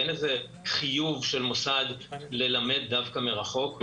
כאשר אין איזה חיוב של מוסד ללמד דווקא מרחוק.